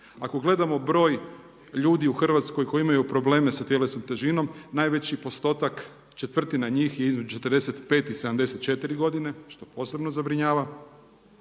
Ako gledamo broj ljudi u Hrvatskoj koji imaju probleme sa tjelesnom težinom, najveći postotak, četvrtina njih je između 45 i 74 godine, što posebno zabrinjava.